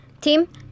Team